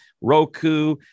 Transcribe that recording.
Roku